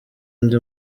ndi